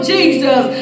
Jesus